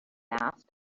asked